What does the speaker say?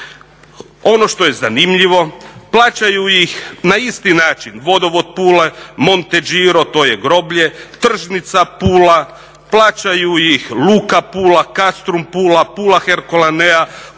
ono što je zanimljivo plaćaju ih na isti način Vodovod Pula, Monte Giro to je groblje, tržnica Pula, plaćaju ih Luka Pula, CASTRUM Pula, Pula HERCULANEA,